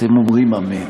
אתם אומרים אמן.